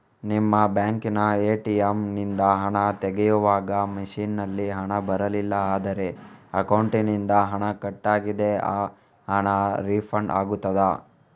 ನಿಮ್ಮ ಬ್ಯಾಂಕಿನ ಎ.ಟಿ.ಎಂ ನಿಂದ ಹಣ ತೆಗೆಯುವಾಗ ಮಷೀನ್ ನಲ್ಲಿ ಹಣ ಬರಲಿಲ್ಲ ಆದರೆ ಅಕೌಂಟಿನಿಂದ ಹಣ ಕಟ್ ಆಗಿದೆ ಆ ಹಣ ರೀಫಂಡ್ ಆಗುತ್ತದಾ?